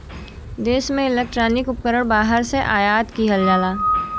देश में इलेक्ट्रॉनिक उपकरण बाहर से आयात किहल जाला